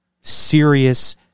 serious